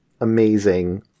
amazing